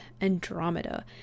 Andromeda